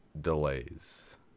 delays